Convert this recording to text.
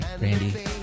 Randy